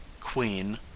Queen